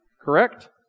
correct